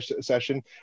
session